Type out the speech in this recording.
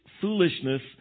foolishness